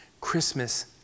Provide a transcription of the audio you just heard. Christmas